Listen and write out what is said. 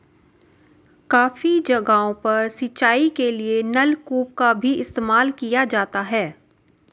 काफी जगहों पर सिंचाई के लिए नलकूप का भी इस्तेमाल किया जाता है